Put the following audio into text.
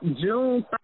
June